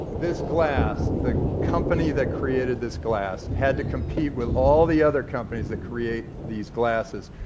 this glass the company that created this glass had to compete with all the other companies that create these glasses,